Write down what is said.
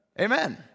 amen